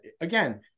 again